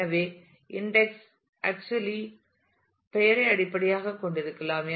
எனவே index actually பெயரை அடிப்படையாகக் கொண்டிருக்கலாம்